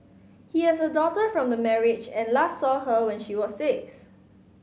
he has a daughter from the marriage and last saw her when she was six